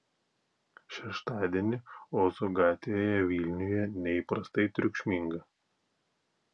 šeštadienį ozo gatvėje vilniuje neįprastai triukšminga